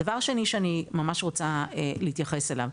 דבר שני שאני ממש רוצה להתייחס אליו,